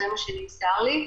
זה מה שנמסר לי,